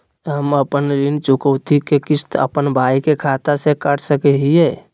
हम अपन ऋण चुकौती के किस्त, अपन भाई के खाता से कटा सकई हियई?